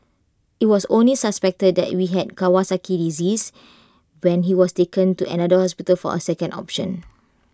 IT was only suspected that he had Kawasaki disease when he was taken to another hospital for A second option